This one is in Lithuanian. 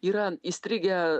yra įstrigę